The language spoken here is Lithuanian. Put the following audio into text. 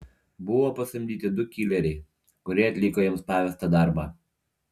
buvo pasamdyti du kileriai kurie atliko jiems pavestą darbą